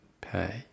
pay